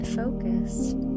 focused